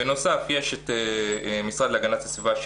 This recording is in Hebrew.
בנוסף יש את המשרד להגנת הסביבה,